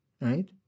Right